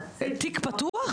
תיק פתוח?